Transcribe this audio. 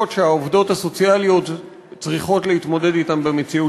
שהעובדות הסוציאליות צריכות להתמודד אתן במציאות